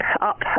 up